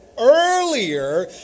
earlier